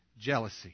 jealousy